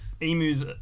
emus